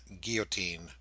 guillotine